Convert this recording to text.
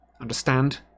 Understand